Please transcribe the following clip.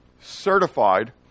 certified